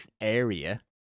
area